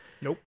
Nope